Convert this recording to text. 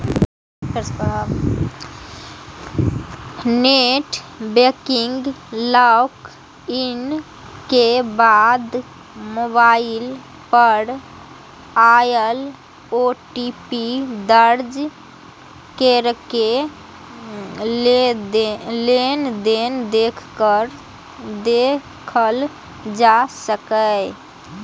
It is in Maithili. नेट बैंकिंग लॉग इन के बाद मोबाइल पर आयल ओ.टी.पी दर्ज कैरके लेनदेन देखल जा सकैए